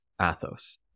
Athos